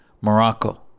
Morocco